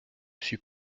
suis